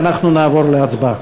ואנחנו נעבור להצבעה.